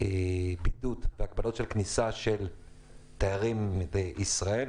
בידוד והגבלות של כניסה של תיירים לישראל,